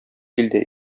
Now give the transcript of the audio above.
илдә